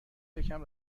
یکم